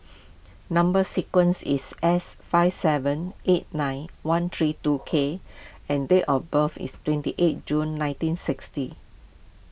Number Sequence is S five seven eight nine one three two K and date of birth is twenty eight June nineteen sixty